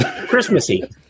Christmassy